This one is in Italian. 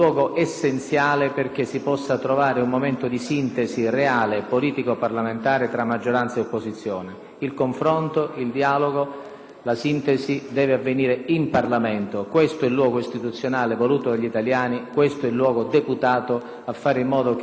Il confronto, il dialogo, la sintesi devono avvenire in Parlamento: questo è il luogo istituzionale voluto dagli italiani; questo è il luogo deputato a fare in modo che il legislatore possa lavorare al meglio nel confronto e nel rispetto di una coalizione nei confronti dell'altra.